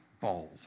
bold